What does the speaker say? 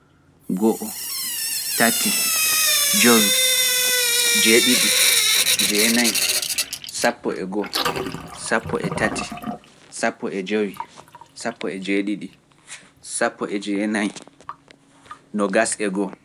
Go'o, tati, jowi, jeeɗiɗi, jeenayi, sappo e goo, sappo e tati, sappo e jowi, sappo e jeeɗiɗi, sappo e jeenayi, nogas e goo.